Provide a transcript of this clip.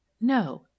No